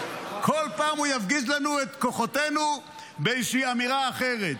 בכל פעם הוא יפגיז לנו את כוחותינו באיזושהי אמירה אחרת.